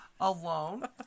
alone